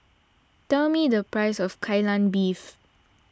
tell me the price of Kai Lan Beef